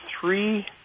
three